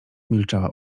milczała